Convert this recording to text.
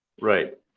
Right